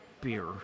beer